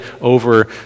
over